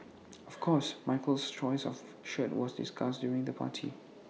of course Michael's choice of shirt was discussed during the party